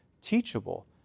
teachable